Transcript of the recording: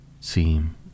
seem